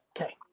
Okay